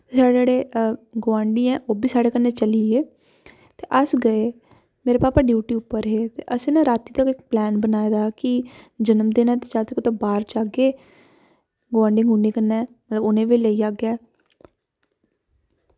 जेह्ड़े गोआंढ़ी हे ओह्बी साढ़े कन्नै चली पे ते अस गए ते मेरे भापा ड्यूटी पर हे ते असें ना रातीं दा इक प्लान बनाये दा की जनम दिन ऐ ते चल कुदै बाह्र जाह्गे गोआंढी कन्नै ते उनेंगी बी बाह्र लेई जागे